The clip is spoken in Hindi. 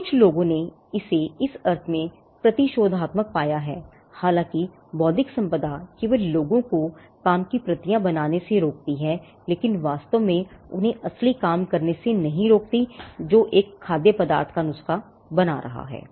तो कुछ लोगों ने इसे इस अर्थ में प्रतिशोधात्मक पाया है कि हालांकि बौद्धिक संपदा केवल लोगों को काम की प्रतियां बनाने से रोकती है लेकिन यह वास्तव में उन्हें असली काम करने से नहीं रोकता है जो एक खाद्य पदार्थ का नुस्खा बना रहा है